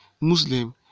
Muslim